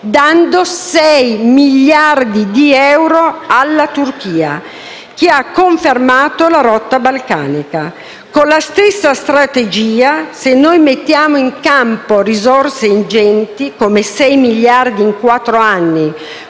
dando 6 miliardi di euro alla Turchia, che ha fermato la rotta balcanica. Con la stessa strategia, se mettiamo in campo risorse ingenti, come 6 miliardi in quattro